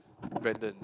Brandon